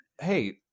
hey